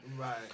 Right